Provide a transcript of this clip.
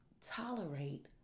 tolerate